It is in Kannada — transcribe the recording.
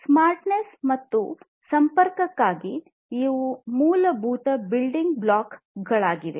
ಸ್ಮಾರ್ಟ್ನೆಸ್ ಮತ್ತು ಸಂಪರ್ಕಕ್ಕಾಗಿ ಇವು ಮೂಲಭೂತ ಬಿಲ್ಡಿಂಗ್ ಬ್ಲಾಕ್ ಗಳಾಗಿವೆ